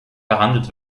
behandelt